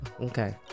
okay